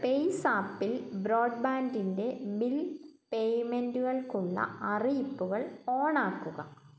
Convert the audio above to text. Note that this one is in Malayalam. പേയ്സാപ്പിൽ ബ്രോഡ്ബാൻഡിൻ്റെ ബിൽ പേയ്മെൻറുകൾക്കുള്ള അറിയിപ്പുകൾ ഓണാക്കുക